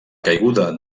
caiguda